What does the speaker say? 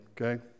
okay